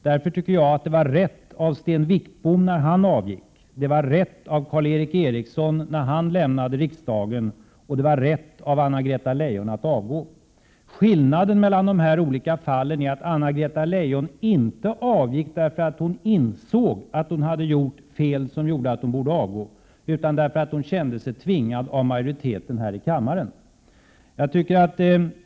Därför tycker jag att Sten Wickbom gjorde rätt när han avgick, att Karl Erik Eriksson gjorde rätt när han lämnade riksdagen och att det var rätt av Anna-Greta Leijon att avgå. Men skillnaden mellan de här olika fallen är att Anna-Greta Leijon inte avgick därför att hon insåg att hon hade gjort ett fel som innebar att hon borde avgå, utan därför att hon kände sig tvingad av en majoritet här i kammaren att göra det.